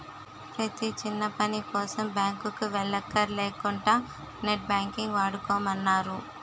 ప్రతీ చిన్నపనికోసం బాంకుకి వెల్లక్కర లేకుంటా నెట్ బాంకింగ్ వాడుకోమన్నారు